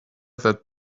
that